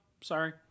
sorry